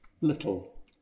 little